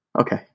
Okay